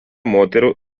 moterų